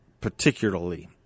particularly